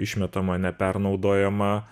išmetama nepernaudojama